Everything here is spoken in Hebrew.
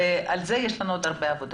על זה יש לנו עוד הרבה עבודה.